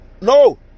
no